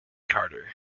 carter